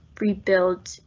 rebuild